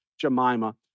Jemima